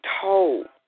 told